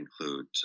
include